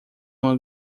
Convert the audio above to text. uma